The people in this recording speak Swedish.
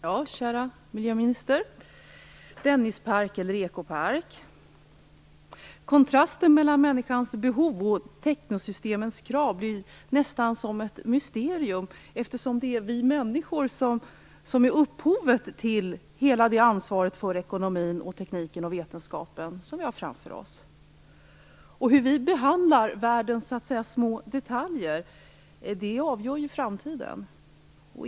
Herr talman! Kära miljöminister! Dennispark eller ekopark? Kontrasten mellan människans behov och teknosystemens krav blir nästan som ett mysterium eftersom det är vi människor som är upphovet till hela det ansvar för ekonomi, teknik och vetenskap som vi har framför oss. Hur vi behandlar världens små detaljer avgör framtiden.